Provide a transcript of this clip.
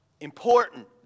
important